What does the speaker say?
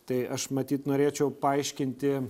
tai aš matyt norėčiau paaiškinti